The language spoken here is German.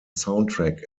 soundtrack